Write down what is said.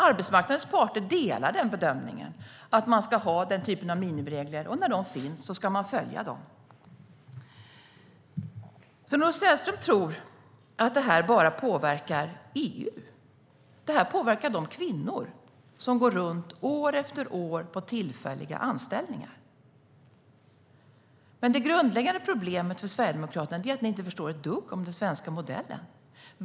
Arbetsmarknadens parter delar den bedömningen - man ska ha den typen av minimiregler, och när de finns ska man följa dem. Sven-Olof Sällström tror att det här bara påverkar EU. Det här påverkar de kvinnor som år efter år går runt på tillfälliga anställningar. Men det grundläggande problemet för er sverigedemokrater är att ni inte förstår ett dugg av den svenska modellen.